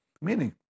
Meaning